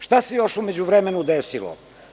Šta se još u međuvremenu desilo?